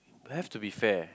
have to be fair